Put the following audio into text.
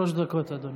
שלוש דקות, אדוני.